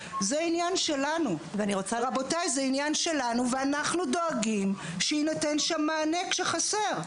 זה עניין שלנו ואנחנו דואגים שיינתן שם מענה כשחסר.